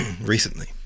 recently